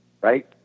right